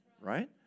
right